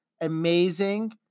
amazing